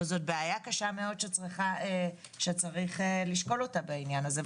זאת בעיה קשה מאוד שצריך לשקול אותה בעניין הזה.